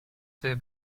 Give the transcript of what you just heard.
sehr